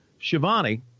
Shivani